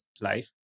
life